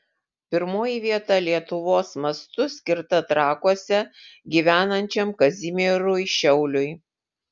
pirmoji vieta lietuvos mastu skirta trakuose gyvenančiam kazimierui šiauliui